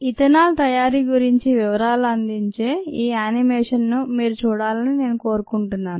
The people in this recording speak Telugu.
ఇథనాల్ తయారీ గురించి వివరాలు అందించే ఈ యానిమేషన్ ను మీరు చూడాలని నేను కోరుకుంటున్నాను